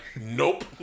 nope